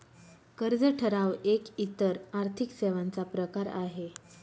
कर्ज ठराव एक इतर आर्थिक सेवांचा प्रकार आहे